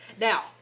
Now